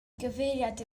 gyfeiriad